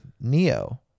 Neo